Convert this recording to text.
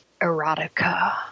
erotica